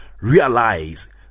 realize